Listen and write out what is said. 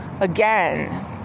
again